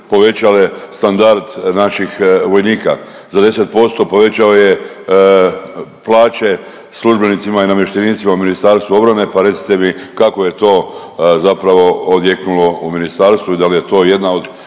povećale standard naših vojnika. Za 10% povećao je plaće službenicima i namještenicima Ministarstva obrane, pa recite mi kako je to zapravo odjeknulo u ministarstvu i da li je to jedna od